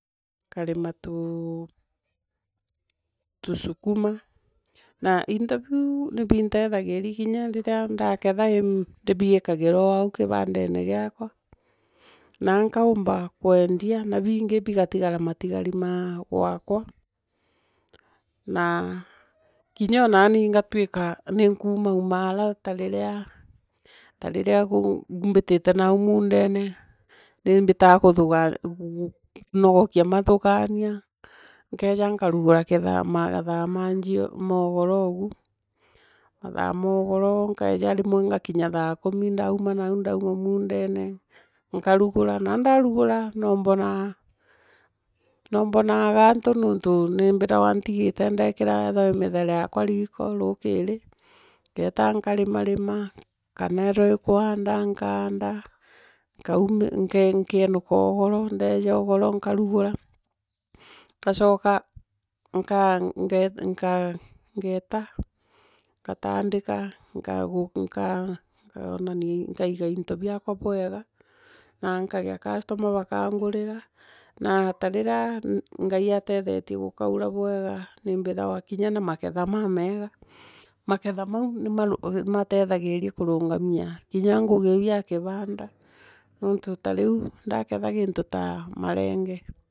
Nkarima tuu tusukuma. na into bio ibintethagi riria ndaketha ndi biikagira au kibandene. giakwa. na nkaumba kwendia. na bingi bigatiagara matigara ma gwaakwa. Na onani ngatuika ni nkuumaumarion ta ririo mbitile nau mundene. ni mbitaa kuthuga kunogokia mathuganio. nkeeja nkarugura mathaa ma jio. mathaa moogori oou. mathaa moogoro nkeja vimwe ngakinya thaa kumi nduuma nau ndaumo muundene nkavuguria na ndavugura. no mbonea no mbonaa gantu nontu ni mbiragwa ntigite ndeekira mithere yaakwa riiko. ruukiri. ngeeta nkarima. rura. na. kwethio ikwaanda nkaanda nkeenuka ugoro ndeeja ugoro nkaruguya. ngachoka. nka. nge inka ngeeta. ngatandika. nkaiga into biaakwa bwega. na nkagea customer baangunira. na tarira ngai ateethetio gukaura bwega ni mbithagura kinya na maketha maamega. maketha mau nimatethagiria. kimya kurungamia ngugi iiu ya kibanda. nontu. ta riu ndaketha gintu ta marenge.